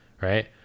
right